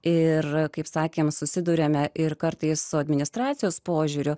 ir kaip sakėm susiduriame ir kartais su administracijos požiūriu